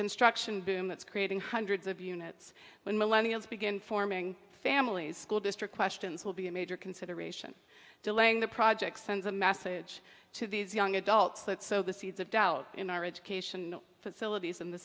construction boom that's creating hundreds of units when millenniums begin forming families school district questions will be a major consideration delaying the project sends a message to these young adults that sow the seeds of doubt in our education facilities and the